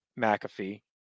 McAfee